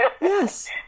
Yes